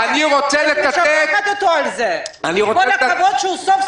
אני רוצה לצטט ----- כל הכבוד שהוא סוף סוף שם לב.